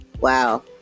Wow